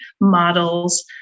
models